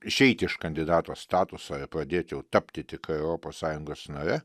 išeiti iš kandidato statuso ir pradėt jau tapti tikra europos sąjungos nare